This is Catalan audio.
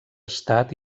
estat